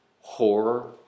horror